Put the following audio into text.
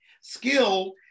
Skill